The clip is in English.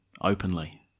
openly